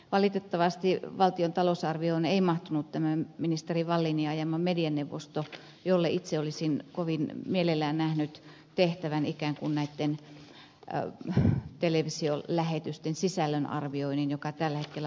valitettavasti valtion talousarvioon ei mahtunut tämä ministeri wallinin ajama medianeuvosto jolle itse olisin kovin mielelläni nähnyt tehtävänä ikään kuin näitten televisiolähetysten sisällön arvioinnin joka tällä hetkellä on viestintävirastolla